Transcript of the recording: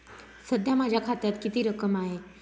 सध्या माझ्या खात्यात किती रक्कम आहे?